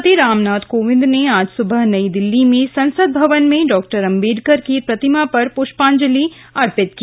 राष्ट्रपति राम नाथ कोविंद ने आज सुबह नई दिल्ली में संसद भवन में डॉ अंबेडकर की प्रतिमा पर पृष्पांजलि अर्पित की